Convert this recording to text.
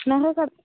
நான் தான் சார்